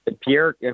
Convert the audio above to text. Pierre